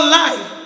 life